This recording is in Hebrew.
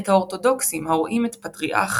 את האורתודוקסים הרואים את פטריארך